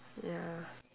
ya